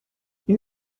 این